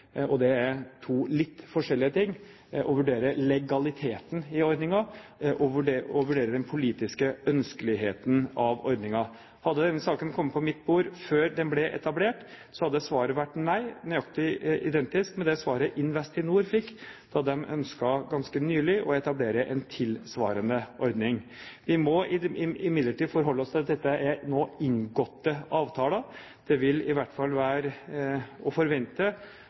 Det er to litt forskjellige ting å vurdere legaliteten i ordningen og å vurdere den politiske ønskeligheten av ordningen. Hadde denne saken kommet på mitt bord før den ble etablert, hadde svaret vært nei – nøyaktig identisk med det svaret Investinor fikk da de ganske nylig ønsket å etablere en tilsvarende ordning. Vi må imidlertid forholde oss til at dette nå er inngåtte avtaler. Det vil i hvert fall være å forvente